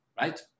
right